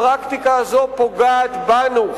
הפרקטיקה הזאת פוגעת בנו,